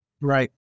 Right